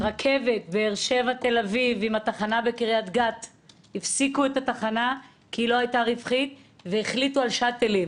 ברכבת באר שבע-תל אביב הפסיקו את התחנה בקריית גת כי היא לא